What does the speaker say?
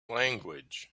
language